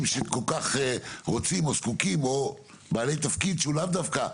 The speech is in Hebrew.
שהם כל כך רוצים או זקוקים או בעלי תפקיד שהוא לאו דווקא,